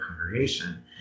congregation